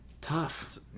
Tough